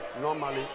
Normally